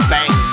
Bang